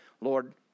Lord